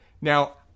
Now